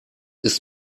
ist